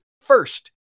first